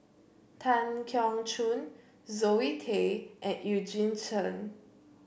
Tan Keong Choon Zoe Tay and Eugene Chen